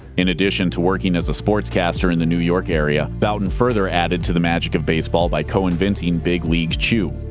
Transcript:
in addition to working as a sportscaster in the new york area, bouton further added to the magic of baseball by co-inventing big league chew.